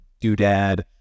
doodad